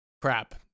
crap